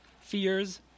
fears